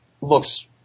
looks